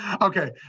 Okay